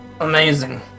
Amazing